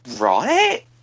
right